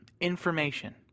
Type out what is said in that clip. information